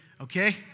okay